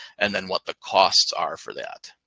and then what the costs are for that.